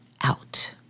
out